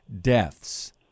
deaths